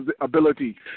ability